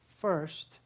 first